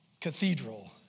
cathedral